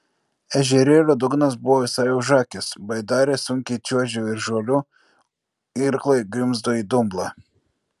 ežerėlio dugnas buvo visai užakęs baidarė sunkiai čiuožė virš žolių irklai grimzdo į dumblą